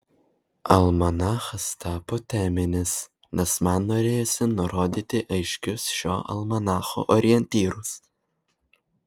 almanachas tapo teminis nes man norėjosi nurodyti aiškius šio almanacho orientyrus